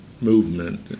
movement